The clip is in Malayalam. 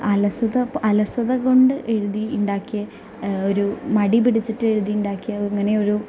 അലസത അലസത കൊണ്ട് എഴുതി ഉണ്ടാക്കിയ ഒരു മടി പിടിച്ചിട്ട് എഴുതി ഉണ്ടാക്കിയ അങ്ങനെ ഒരു